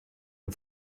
dem